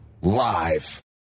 Live